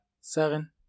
seven